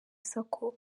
sako